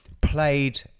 played